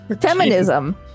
feminism